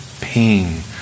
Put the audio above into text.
pain